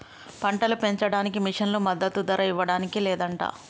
పంటలు పెంచడానికి మిషన్లు మద్దదు ధర ఇవ్వడానికి లేదంట